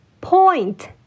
Point